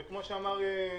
וכמו שאמר איתמר,